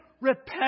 repent